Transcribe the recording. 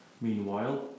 Meanwhile